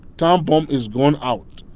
time bomb is gone out.